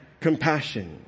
compassion